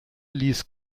ließ